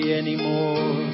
anymore